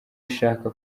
ishaka